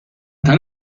tal